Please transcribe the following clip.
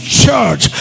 church